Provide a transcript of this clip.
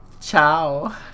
Ciao